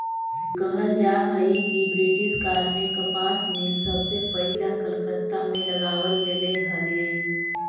कहल जा हई कि ब्रिटिश काल में कपास मिल सबसे पहिला कलकत्ता में लगावल गेले हलई